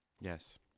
Yes